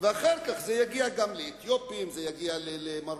ואחר כך זה יגיע גם לאתיופים,